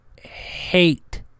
hate